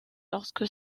lorsque